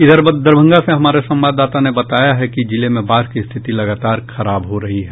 इधर दरभंगा से हमारे संवाददाता ने बताया है कि जिले में बाढ़ की स्थिति लगातार खराब हो रही है